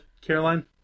Caroline